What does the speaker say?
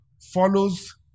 follows